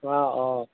অঁ অঁ